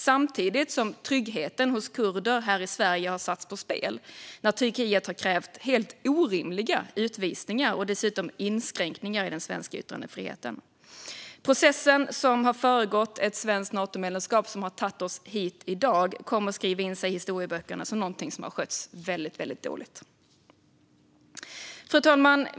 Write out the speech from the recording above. Samtidigt har tryggheten hos kurder i Sverige har satts på spel när Turkiet har krävt helt orimliga utvisningar och dessutom inskränkningar i svensk yttrandefrihet. Processen som har föregått det svenska Natomedlemskapet kommer att skriva in sig i historieböckerna som något som sköttes väldigt dåligt. Fru talman!